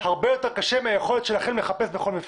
הרבה יותר קשה מהיכולת שלכם לחפש בכל מפרט.